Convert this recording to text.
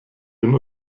den